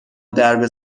درب